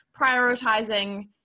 prioritizing